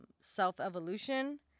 self-evolution